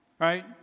Right